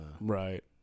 Right